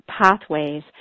pathways